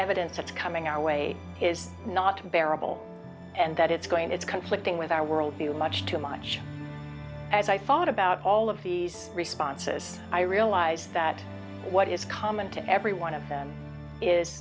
evidence that's coming our way is not comparable and that it's going it's conflicting with our world view much too much as i thought about all of these responses i realize that what is common to every one of them is